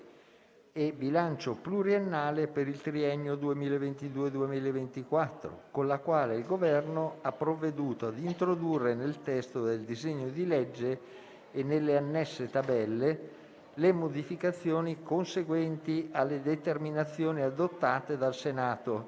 e bilancio pluriennale per il triennio 2022-2024, con la quale il Governo ha provveduto ad introdurre nel testo del disegno di legge e nelle annesse tabelle le modificazioni conseguenti alle determinazioni adottate dal Senato